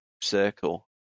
circle